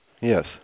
Yes